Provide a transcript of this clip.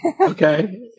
Okay